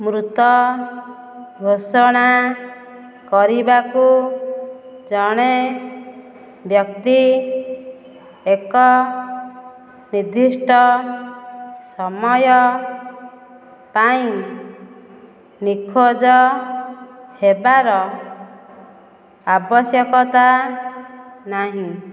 ମୃତ ଘୋଷଣା କରିବାକୁ ଜଣେ ବ୍ୟକ୍ତି ଏକ ନିର୍ଦ୍ଦିଷ୍ଟ ସମୟ ପାଇଁ ନିଖୋଜ ହେବାର ଆବଶ୍ୟକତା ନାହିଁ